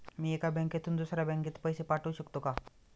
मी एका बँकेतून दुसऱ्या बँकेत पैसे पाठवू शकतो का?